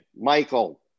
Michael